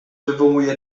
wywołuje